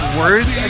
words